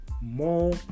more